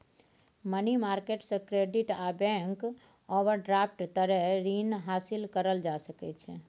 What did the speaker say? money market से credit आ bank overdraft तरे रीन हासिल करल जा सकइ छइ